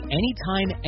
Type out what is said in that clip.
anytime